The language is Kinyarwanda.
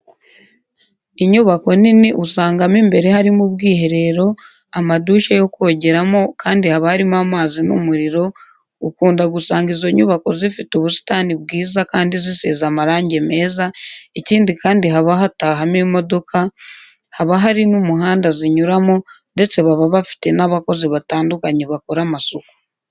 Inyubako nini usanga mo imbere harimo ubwiherero, amadushe yo kogeramo kandi haba harimo amazi n'umuriro, ukunda gusanga izo nyubako zifite ubusitani bwiza kandi zisize amarange meza, ikindi kandi haba hatahamo imodoka, haba hari n'umuhanda zinyuramo ndetse baba bafite n'abakozi batandukanye bakora amasuku.